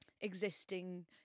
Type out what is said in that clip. existing